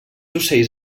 ocells